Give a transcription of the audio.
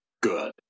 good